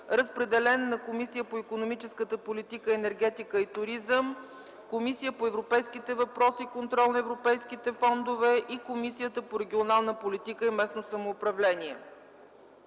Разпределен е на Комисията по икономическата политика, енергетика и туризъм, Комисията по европейските въпроси и контрол на европейските фондове и Комисията по регионална политика и местно самоуправление.